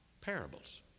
Parables